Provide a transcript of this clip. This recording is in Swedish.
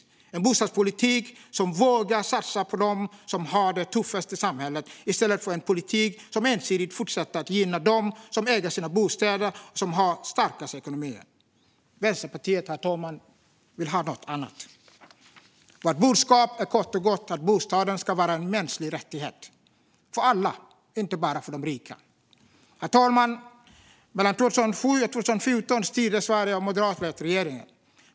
Det behövs en bostadspolitik som vågar satsa på dem som har det tuffast i samhället, i stället för på en politik som fortsätter att ensidigt gynna dem som äger sina bostäder och som har starkast ekonomi. Vänsterpartiet vill ha något annat, herr talman. Vårt budskap är kort och gott att bostaden ska vara en mänsklig rättighet för alla, inte bara för de rika. Herr talman! Mellan 2007 och 2014 styrdes Sverige av moderatledda regeringar.